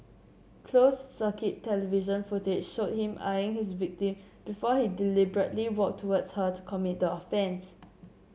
closed circuit television footage showed him eyeing his victim before he deliberately walked towards her to commit the offence